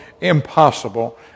impossible